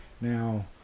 Now